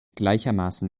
gleichermaßen